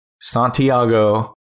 Santiago